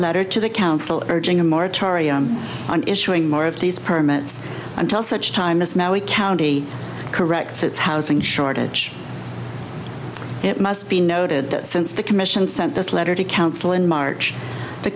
letter to the council urging a moratorium on issuing more of these permits until such time as maui county corrects its housing shortage it must be noted that since the commission sent this letter to council in march the